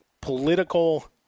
political